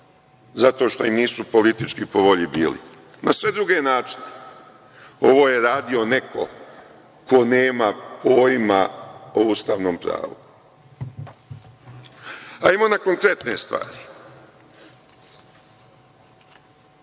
zato što im nisu politički po volji bili, na sve druge načine. Ovo je radio neko ko nema pojma o ustavnom pravu. Hajmo na konkretne stvari.